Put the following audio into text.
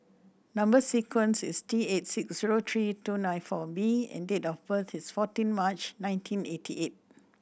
number sequence is T eight six zero three two nine four B and date of birth is fourteen March nineteen eighty eight